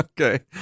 Okay